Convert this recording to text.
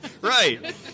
Right